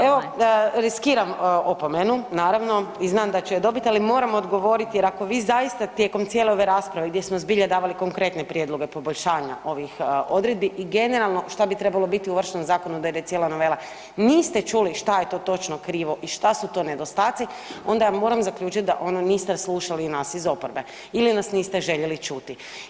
Evo, riskiram opomenu naravno i znam da ću je dobit, ali moram odgovorit jer ako vi zaista tijekom cijele ove rasprave gdje smo zbilja davali konkretne prijedloge poboljšanja ovih odredbi i generalno šta bi trebalo biti uvršteno u zakon … [[Govornik se ne razumije]] novela, nište čuli šta je to točno krivo i šta su to nedostaci onda ja moram zaključit da onda niste slušali nas iz oporbe ili nas niste željeli čuti.